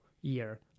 year